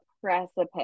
precipice